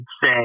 say